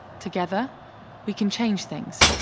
together we can change things.